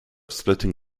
splitting